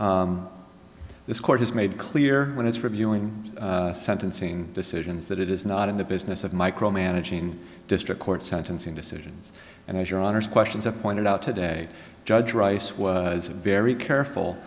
you this court has made clear when it's reviewing sentencing decisions that it is not in the business of micromanaging district court sentencing decisions and as your honour's questions have pointed out today judge rice was very careful